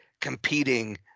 competing